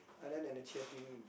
other than the cheer team